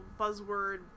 buzzword